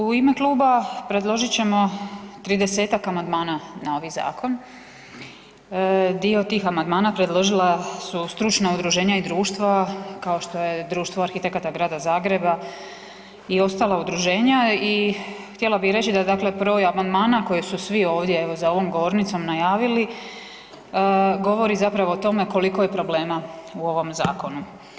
U ime Kluba predložit ćemo 30-ak amandmana na ovi Zakon, dio tih amandmana predložila su stručna udruženja i društva, kao što je Društvo arhitekata grada Zagreba i ostala udruženja, i htjela bi reći da dakle broj amandmana koji su svi ovdje evo za ovom govornicom najavili, govori zapravo o tome koliko je problema u ovom Zakonu.